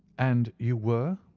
and you were?